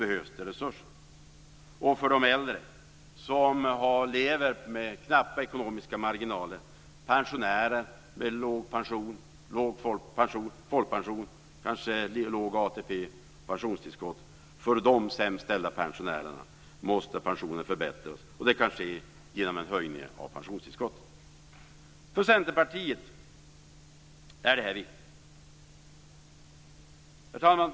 Dessutom måste pensionerna förbättras för de äldre som lever med knappa ekonomiska marginaler, pensionärer med låg pension, låg folkpension, kanske låg ATP och pensionstillskott, de pensionärer som har det sämst ställt. Detta kan ske genom en höjning av pensionstillskottet. För Centerpartiet är detta viktigt. Herr talman!